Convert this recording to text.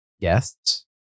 guests